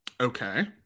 okay